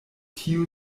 tio